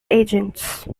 agents